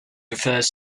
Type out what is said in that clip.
refers